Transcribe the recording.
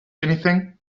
anything